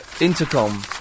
intercom